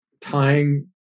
tying